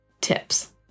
tips